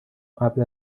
قبل